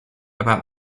about